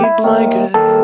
blanket